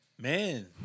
Man